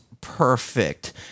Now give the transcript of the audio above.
perfect